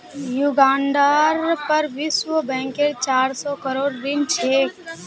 युगांडार पर विश्व बैंकेर चार सौ करोड़ ऋण छेक